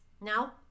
Now